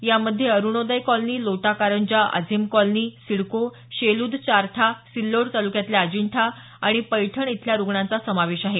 यामध्ये Arunoday colony Lotakaranja Azim colony CIDCO Shelud Chartha Sillod तालुक्यातल्या अजिंठा आणि पैठण इथल्या रुग्णांचा समावेश आहे